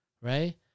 Right